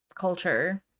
culture